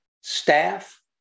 staff